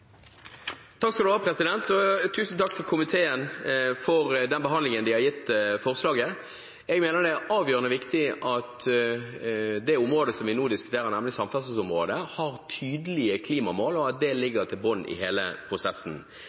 takk til komiteen for den behandlingen den har gitt forslaget. Jeg mener det er avgjørende viktig at det området som vi nå diskuterer, nemlig samferdselsområdet, har tydelige klimamål, og at det ligger i bunnen av hele prosessen.